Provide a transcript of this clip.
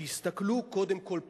שיסתכלו קודם כול פנימה,